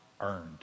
earned